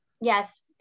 yes